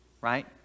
right